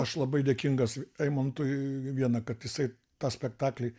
aš labai dėkingas eimuntui viena kad jisai tą spektaklį